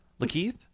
Lakeith